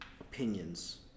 opinions